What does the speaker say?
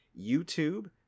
YouTube